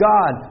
God